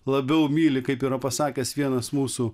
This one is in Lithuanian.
labiau myli kaip yra pasakęs vienas mūsų